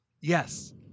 yes